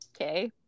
Okay